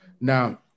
Now